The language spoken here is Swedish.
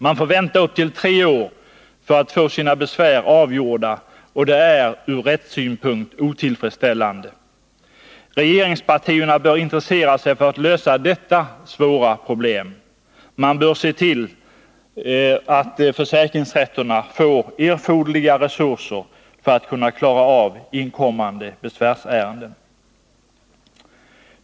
Man får vänta upp till tre år för att få sina besvär avgjorda, och det är ur rättssynpunkt otillfredsställande. Regeringspartierna bör intressera sig för att lösa detta svåra problem. Man bör se till att försäkringsrätterna får erforderliga resurser för att kunna klara av inkommande besvärsärenden.